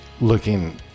looking